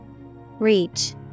Reach